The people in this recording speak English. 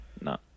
No